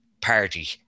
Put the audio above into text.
party